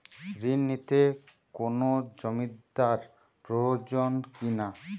ঋণ নিতে কোনো জমিন্দার প্রয়োজন কি না?